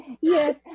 Yes